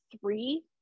three